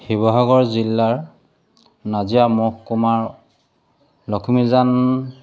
শিৱসাগৰ জিলাৰ নাজিৰা মহকুমাৰ লক্ষ্মীজান